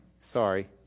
sorry